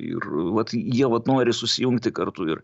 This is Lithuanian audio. ir vat jie vat nori susijungti kartu ir